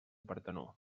partenó